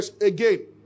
again